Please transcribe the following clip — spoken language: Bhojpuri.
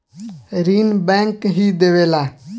ऋण बैंक ही देवेला